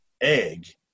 egg